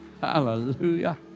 Hallelujah